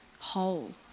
whole